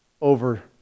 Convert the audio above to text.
over